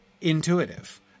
intuitive